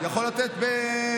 יכול לתת בתל אביב.